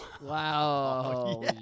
Wow